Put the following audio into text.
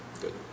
Good